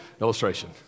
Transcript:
illustration